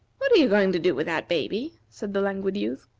what are you going to do with that baby? said the languid youth.